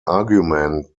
argument